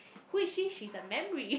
who is she she's a memory